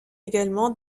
également